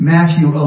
Matthew